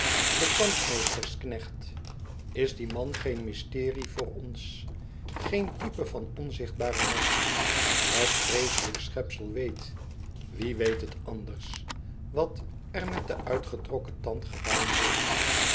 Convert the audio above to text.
londen de tandmeesterskneebt is die man geen mysterie voor ons geen type van onzichtbare macht het vreeselijk schepsel weet wie weet het anders wat er met den uitgetrokken tand gedaan wordt